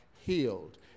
healed